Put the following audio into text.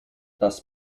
das